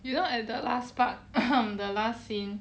you know at the last part the last scene